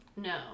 no